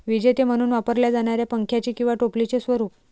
विजेते म्हणून वापरल्या जाणाऱ्या पंख्याचे किंवा टोपलीचे स्वरूप